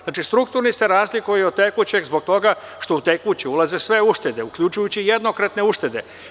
Znači, strukturni se razlikuju od tekućeg zbog toga što u tekući ulaze sve uštede, uključujući jednokratne uštede.